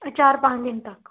ਚਾਰ ਪੰਜ ਦਿਨ ਤੱਕ